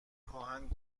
خواهند